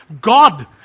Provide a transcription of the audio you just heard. God